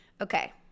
okay